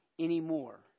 anymore